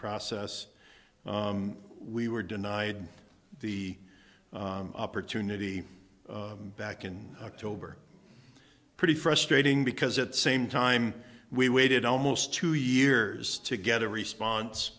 process we were denied the opportunity back in october pretty frustrating because at same time we waited almost two years to get a response